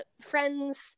friends